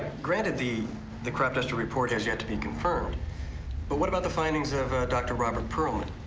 granted, the the crop duster report has yet to be confirmed but what about the findings of dr. robert pearlman?